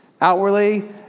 Outwardly